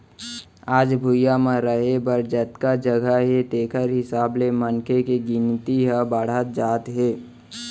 आज भुइंया म रहें बर जतका जघा हे तेखर हिसाब ले मनखे के गिनती ह बाड़हत जात हे